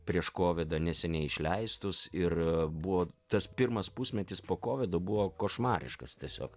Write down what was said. prieš kovidą neseniai išleistus ir buvo tas pirmas pusmetis po kovido buvo košmariškas tiesiog